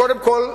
קודם כול,